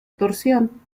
torsión